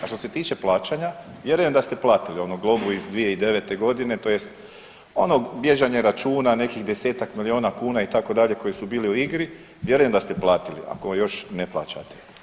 A što se tiče plaćanja, vjerujem da ste platili onu globu iz 2009. godine, tj. ono bježanje računa, nekih 10-ak milijuna kuna itd., koji su bili u igri, vjerujem da ste platili ako još ne plaćate.